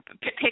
pick